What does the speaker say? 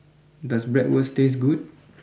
does Bratwurst taste good